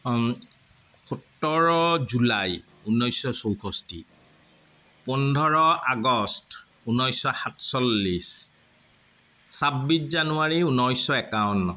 সোতৰ জুলাই ঊনৈছশ চৌষষ্টি পোন্ধৰ আগষ্ট ঊনৈছশ সাতচল্লিছ ছাব্বিছ জানুৱাৰী ঊনৈছশ একাৱন্ন